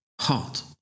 Hot